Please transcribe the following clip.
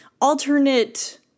alternate